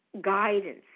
guidance